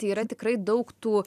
yra tikrai daug tų